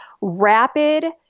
rapid